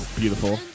beautiful